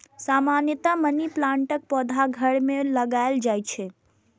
सामान्यतया मनी प्लांटक पौधा घर मे लगाएल जाइ छै